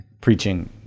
preaching